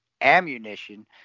Ammunition